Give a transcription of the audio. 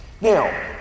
Now